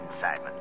Simon